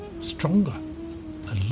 stronger